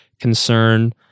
concern